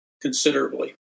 Considerably